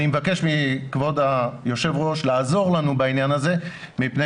אני מבקש מכבוד היושב ראש לעזור לנו בעניין הזה מפני